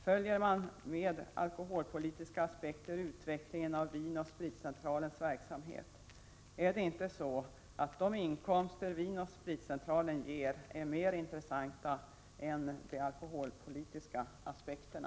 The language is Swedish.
Följer man ur alkoholpolitiska aspekter utvecklingen av Vin & Spritcentralens verksamhet? Är det inte så att de inkomster Vin & Spritcentralen ger är mer intressanta än de alkoholpolitiska aspekterna?